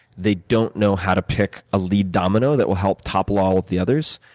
they don't know how to pick a lead domino that will help topple all of the others,